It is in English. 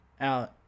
out